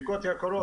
בדיקות יקרות.